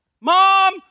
Mom